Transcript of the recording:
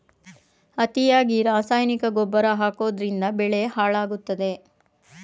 ಅತಿಯಾಗಿ ರಾಸಾಯನಿಕ ಗೊಬ್ಬರ ಹಾಕೋದ್ರಿಂದ ಬೆಳೆ ಹಾಳಾಗುತ್ತದೆ